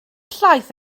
llaeth